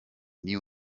nie